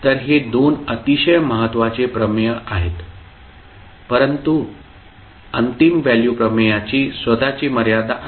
तर हे दोन अतिशय महत्वाचे प्रमेय आहेत परंतु अंतिम व्हॅल्यू प्रमेयाची स्वतःची मर्यादा आहे